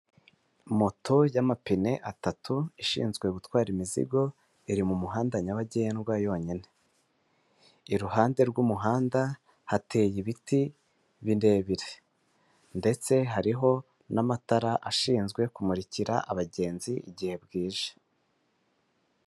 Moto y'amapine atatu, ishinzwe gutwara imizigo, iri mu muhanda nyabagendwa yonyine. Iruhande rw'umuhanda hateye ibiti birebire. Ndetse hariho n'amatara ashinzwe kumurikira abagenzi igihe bwije.